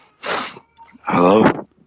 Hello